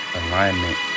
alignment